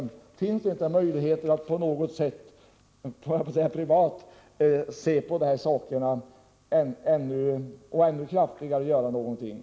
Jag vill därför fråga: Finns det inte möjligheter att på något sätt så att säga privat se på de här sakerna och att vidta ännu kraftfullare åtgärder?